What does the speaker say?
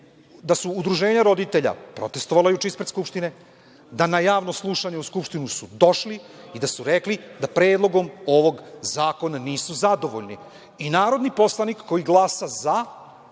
da su udruženja roditelja protestvovala juče ispred Skupštine, da su došli na Javno slušanje u Skupštinu i da su rekli da predlogom ovog zakona nisu zadovoljni. I narodni poslanik koji glasa za,